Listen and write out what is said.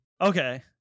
Okay